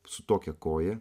su tokia koja